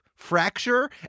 Fracture